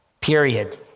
period